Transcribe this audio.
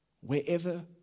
wherever